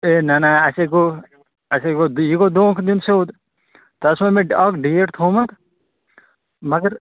اَے نہَ نہَ اَسے گوٚو اَسے گوٚو یہِ گوٚو دھونٛکہٕ دیُن سیوٚد تۄہہِ اوسوٕ مےٚ اَکھ ڈیٹ تھوٚومُت مگر